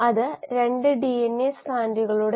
അതിനാൽ ഇൻപുട്ട് ഇല്ല പക്ഷേ ഒരു ഔട്ട്പുട്ട് ഉണ്ട്